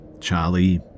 Charlie